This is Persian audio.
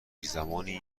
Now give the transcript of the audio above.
دیرزمانی